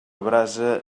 brasa